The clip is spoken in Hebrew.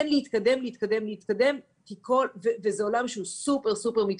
זה עולם מאוד מתפתח.